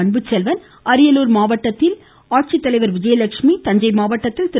அன்புச்செல்வன் அரியலூர் மாவட்டத்தில் ஆட்சித்தலைவர் விஜயலெட்சுமி தஞ்சை மாவட்டத்தில் ஆட்சித்தலைவர் திரு